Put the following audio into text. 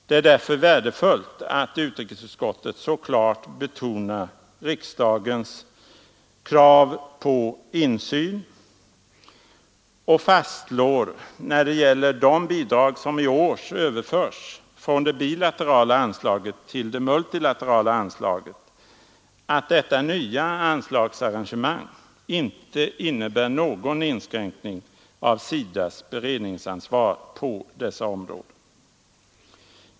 Det är därför värdefullt att utrikesutskottet så klart betonar riksdagens krav på insyn och fastslår, när det gäller de bidrag som i år överförs från det bilaterala anslaget till det multilaterala anslaget, att detta nya anslagsarrangemang inte innebär någon inskränkning av SIDA:s beredningsansvar på dessa områden.